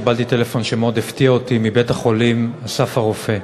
קיבלתי טלפון שמאוד הפתיע אותי מבית-החולים "אסף הרופא",